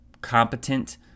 competent